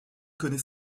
connaît